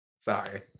Sorry